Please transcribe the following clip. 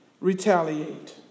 retaliate